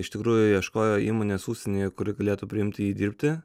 iš tikrųjų ieškojo įmonės užsienyje kuri galėtų priimti jį dirbti